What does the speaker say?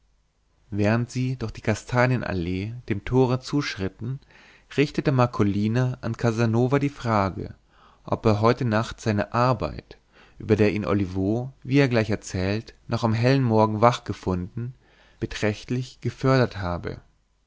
während sie durch die kastanienallee dem tore zuschritten richtete marcolina an casanova die frage ob er heute nacht seine arbeit über der ihn olivo wie er gleich erzählt noch am hellen morgen wach gefunden beträchtlich gefördert habe